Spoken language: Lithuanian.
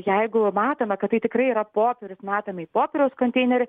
jeigu matome kad tai tikrai yra popierius metame į popieriaus konteinerį